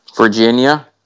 Virginia